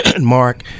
Mark